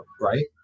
right